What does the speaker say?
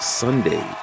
Sunday